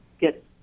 get